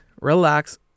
relax